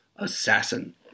assassin